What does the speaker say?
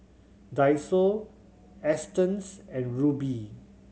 Daiso Astons and Rubi